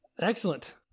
Excellent